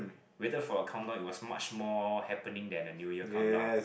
waited for the countdown it was much more happening than the New Year countdown